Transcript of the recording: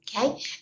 okay